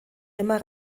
immer